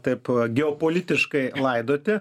taip geopolitiškai laidoti